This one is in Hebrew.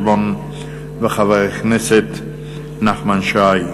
חבר הכנסת יוני שטבון וחבר הכנסת נחמן שי.